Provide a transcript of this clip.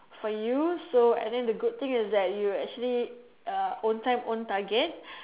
for use so I think the good thing is that you actually uh own time own target